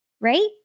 Right